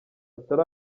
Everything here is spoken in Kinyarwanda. atari